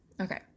Okay